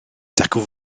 dacw